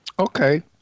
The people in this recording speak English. Okay